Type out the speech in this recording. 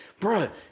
Bruh